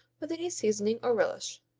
with any seasoning or relish.